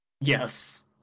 Yes